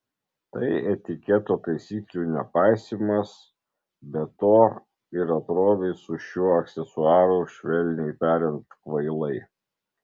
tai etiketo taisyklių nepaisymas be to ir atrodai su šiuo aksesuaru švelniai tariant kvailai